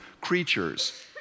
creatures